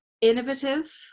innovative